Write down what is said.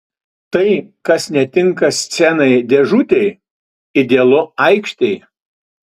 tai kas netinka scenai dėžutei idealu aikštei